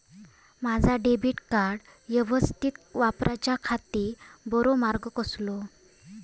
माजा debit card यवस्तीत वापराच्याखाती बरो मार्ग कसलो?